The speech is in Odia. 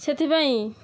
ସେଥିପାଇଁ